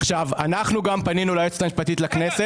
עכשיו, אנחנו גם פנינו ליועצת המשפטית לכנסת.